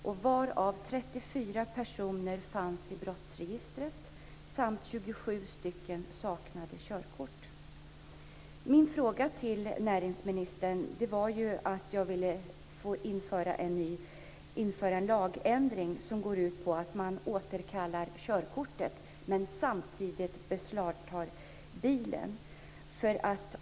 34 av dessa personer fanns i brottsregistret, och I min interpellation till näringsministern framhåller jag att det bör genomföras en lagändring som innebär återkallande av körkortet och beslagtagande av bilen.